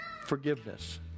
forgiveness